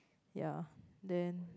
yeah then